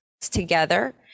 together